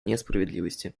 несправедливости